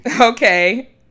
Okay